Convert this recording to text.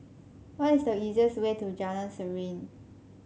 what is the easiest way to Jalan Serene